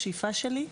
השאיפה שלי,